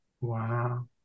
Wow